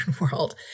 world